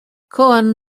cohen